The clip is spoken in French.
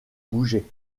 bouger